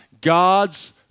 God's